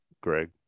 Greg